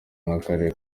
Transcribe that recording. n’akarere